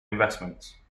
investments